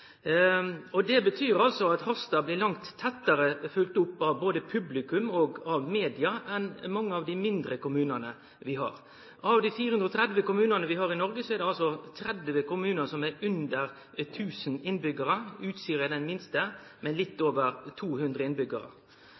Det betyr altså at Harstad blir langt tettare følgd opp av både publikum og av media enn mange av dei mindre kommunane vi har. Av dei 430 kommunane vi har i Noreg, er det altså 30 kommunar som har under 1 000 innbyggjarar. Utsira er den minste med litt over 200